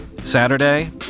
Saturday